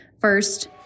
first